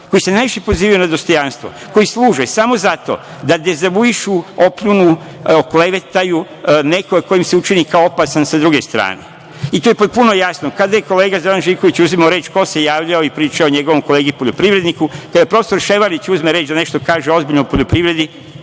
koji se najviše pozivaju na dostojanstvo, koji služe samo za to da dezavuišu, opljunu, oklevetaju nekoga ko im se učini opasan sa druge strane. To je potpuno jasno. Kada je kolega Zoran Živković uzimao reč, ko se javljao i pričao o njegovom kolegi poljoprivredniku? Kada prof. Ševarlić uzme reč da nešto kaže ozbiljno o poljoprivredi,